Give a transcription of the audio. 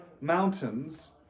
mountains